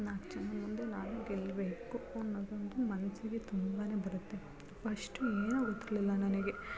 ನಾಲ್ಕು ಜನದ ಮುಂದೆ ನಾನೂ ಗೆಲ್ಲಬೇಕು ಅನ್ನೋದೊಂದು ಮನಸ್ಸಿಗೆ ತುಂಬ ಬರುತ್ತೆ ಫಷ್ಟು ಏನೂ ಗೊತ್ತಿರಲಿಲ್ಲ ನನಗೆ